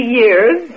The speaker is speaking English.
years